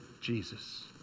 Jesus